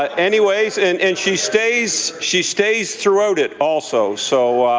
anyway, and and she stays she stays throughout it also. so